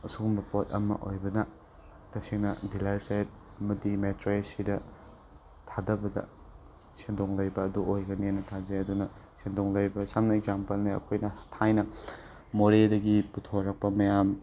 ꯑꯁꯨꯒꯨꯝꯕ ꯄꯣꯠ ꯑꯃ ꯑꯣꯏꯕꯅ ꯇꯁꯦꯡꯅ ꯗꯤꯂꯔ ꯁꯦꯠ ꯑꯃꯗꯤ ꯃꯦꯇ꯭ꯔꯦꯁ ꯁꯤꯗ ꯊꯥꯗꯕꯗ ꯁꯦꯟꯗꯣꯡ ꯂꯩꯕ ꯑꯗꯨ ꯑꯣꯏꯒꯅꯤꯅ ꯊꯥꯖꯩ ꯑꯗꯨꯅ ꯁꯦꯟꯗꯣꯡ ꯂꯩꯕ ꯁꯝꯅ ꯑꯦꯛꯖꯥꯝꯄꯜꯅꯦ ꯑꯩꯈꯣꯏꯅ ꯊꯥꯏꯅ ꯃꯣꯔꯦꯗꯒꯤ ꯄꯨꯊꯣꯔꯛꯄ ꯃꯌꯥꯝ